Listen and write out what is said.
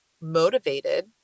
motivated